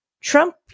trump